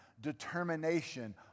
Determination